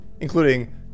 including